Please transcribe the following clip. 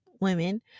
women